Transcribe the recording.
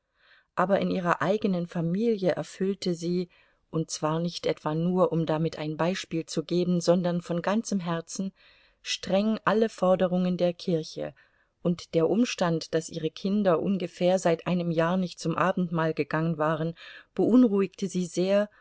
aber in ihrer eigenen familie erfüllte sie und zwar nicht etwa nur um damit ein beispiel zu geben sondern von ganzem herzen streng alle forderungen der kirche und der umstand daß ihre kinder ungefähr seit einem jahr nicht zum abendmahl gegangen waren beunruhigte sie sehr